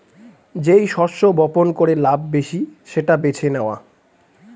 যেই শস্য বপন করে লাভ বেশি সেটা বেছে নেওয়া